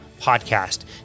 Podcast